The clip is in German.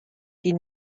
die